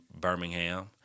Birmingham